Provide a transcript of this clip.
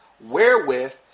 wherewith